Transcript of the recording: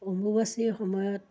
অম্বুবাচীৰ সময়ত